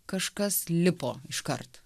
kažkas lipo iškart